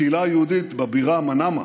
הקהילה היהודית בבירה מנאמה